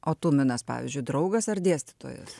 o tuminas pavyzdžiui draugas ar dėstytojas